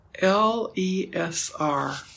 L-E-S-R